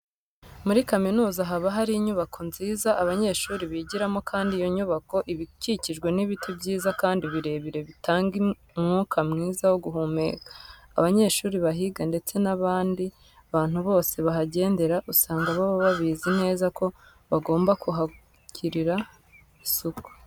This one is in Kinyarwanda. Muri kaminuza haba hari inyubako nziza abanyeshuri bigiramo kandi iyo nyubako iba ikikijwe n'ibiti byiza kandi birebire bitanga umwuka mwiza wo guhumeka. Abanyeshuri bahiga ndetse n'abandi bantu bose bahagenderera, usanga baba babizi neza ko bagomba kuhagirira isuku.